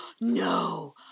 No